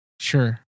Sure